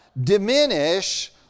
diminish